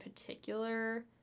particular